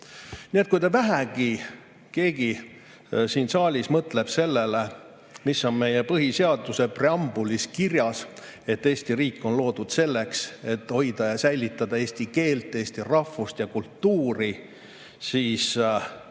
Nii et kui vähegi keegi siin saalis mõtleb sellele, mis on meie põhiseaduse preambulis kirjas – et Eesti riik on loodud selleks, et hoida ja säilitada eesti keelt, eesti rahvust ja kultuuri –,